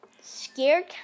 scared